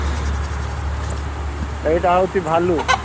ହୁଁ ହେ ଏଇଟା ହେଉଛି ଭାଲୁ